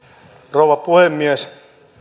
rouva puhemies